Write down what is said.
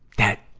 that,